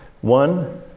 One